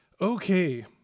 Okay